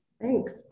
Thanks